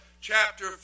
chapter